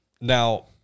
Now